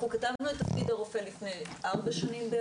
אנחנו כתבנו את תפקיד הרופא לפני כארבע שנים.